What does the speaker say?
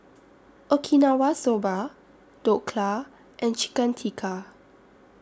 Okinawa Soba Dhokla and Chicken Tikka